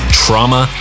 trauma